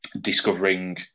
discovering